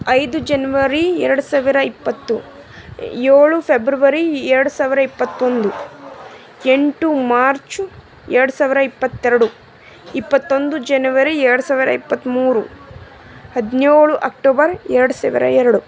ಐದು ಜನವರಿ ಎರಡು ಸಾವಿರ ಇಪ್ಪತ್ತು ಏಳು ಫೆಬ್ರವರಿ ಎರಡು ಸಾವಿರ ಇಪ್ಪತ್ತೊಂದು ಎಂಟು ಮಾರ್ಚು ಎರಡು ಸಾವಿರ ಇಪ್ಪತ್ತೆರಡು ಇಪ್ಪತ್ತೊಂದು ಜನವರಿ ಎರಡು ಸಾವಿರ ಇಪ್ಪತ್ಮೂರು ಹದಿನೇಳು ಅಕ್ಟೋಬರ್ ಎರಡು ಸಾವಿರ ಎರಡು